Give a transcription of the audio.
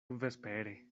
vespere